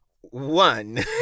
one